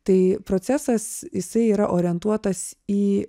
tai procesas jisai yra orientuotas į